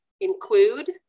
include